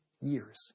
years